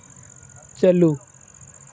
ᱪᱟᱹᱞᱩ